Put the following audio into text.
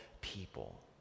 people